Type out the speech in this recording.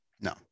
No